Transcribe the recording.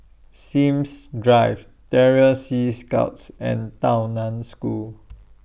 Sims Drive Terror Sea Scouts and Tao NAN School